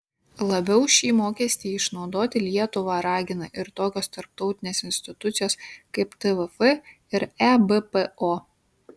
labiau šį mokestį išnaudoti lietuvą ragina ir tokios tarptautinės institucijos kaip tvf ir ebpo